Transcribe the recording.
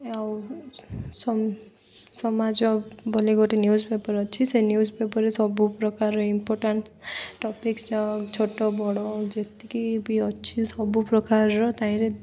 ଆଉ ସମାଜ ବୋଲି ଗୋଟେ ନ୍ୟୁଜ ପେପର ଅଛି ସେ ନ୍ୟୁଜ ପେପରରେ ସବୁ ପ୍ରକାରର ଇମ୍ପୋଟାଣ୍ଟ ଟପିକ୍ ଯାହା ଛୋଟ ବଡ଼ ଯେତିକି ବି ଅଛି ସବୁପ୍ରକାରର ତହିଁରେ